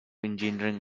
engineering